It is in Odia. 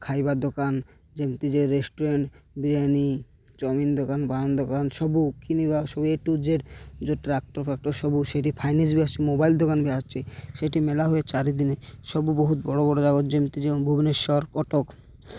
ଖାଇବା ଦୋକାନ ଯେମିତି ଯେ ରେଷ୍ଟୁରାଣ୍ଟ୍ ବିରିୟାନୀ ଚାଓମିନ୍ ଦୋକାନ ବାଣ ଦୋକାନ ସବୁ କିଣିବା ସବୁ ଏ ଟୁ ଜେଡ଼ ଯେଉଁ ଟ୍ରାକ୍ଟର୍ ଫାକ୍ଟର୍ ସବୁ ସେଇଠି ଫାଇନିସ୍ ବି ଆସଛି ମୋବାଇଲ୍ ଦୋକାନ ବି ଆସୁଛି ସେଇଠି ମେଳା ହୁଏ ଚାରିଦିନ ସବୁ ବହୁତ ବଡ଼ ବଡ଼ ଯାଗାର ଯେମିତି ଯେଉଁ ଭୁବନେଶ୍ୱର କଟକ